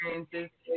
experiences